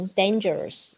dangerous